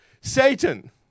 Satan